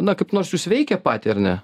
na kaip nors jus veikia patį ar ne